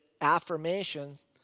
affirmations